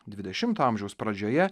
dvidešimto amžiaus pradžioje